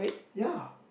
ya